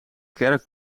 kerk